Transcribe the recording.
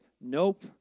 Nope